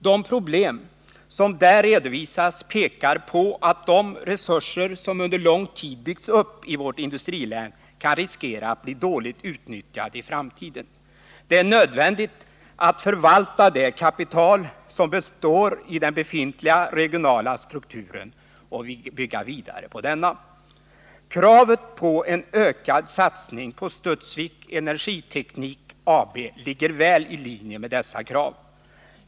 De problem som där redovisas pekar på att de resurser som under lång tid byggts upp i vårt industrilän kan riskera att bli dåligt utnyttjade i framtiden. Det är nödvändigt att vi förvaltar det kapital som består av den befintliga regionala strukturen och att vi bygger vidare på denna. En ökad satsning på Studsvik Energiteknik AB ligger väl i linje med dessa krav.